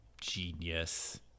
genius